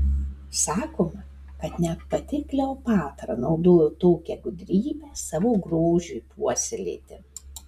sakoma kad net pati kleopatra naudojo tokią gudrybę savo grožiui puoselėti